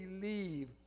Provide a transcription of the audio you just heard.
believe